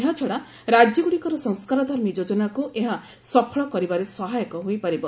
ଏହାଛଡ଼ା ରାଜ୍ୟଗୁଡ଼ିକର ସଂସ୍କାରଧର୍ମୀ ଯୋଜନାକୁ ଏହା ସଫଳ କରିବାରେ ସହାୟକ ହୋଇପାରିବ